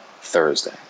Thursday